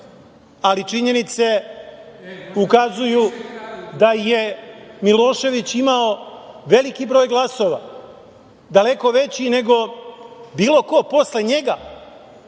ali činjenice ukazuju da je Milošević imao veliki broj glasova, daleko veći nego bilo ko posle njega